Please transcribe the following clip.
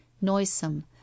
noisome